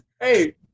Hey